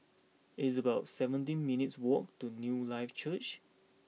it's about seventeen minutes' walk to Newlife Church